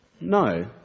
No